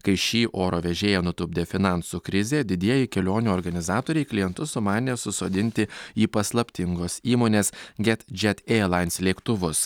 kai šį oro vežėją nutupdė finansų krizė didieji kelionių organizatoriai klientus sumanė susodinti į paslaptingos įmonės get džet ierlains lėktuvus